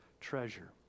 treasure